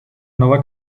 nova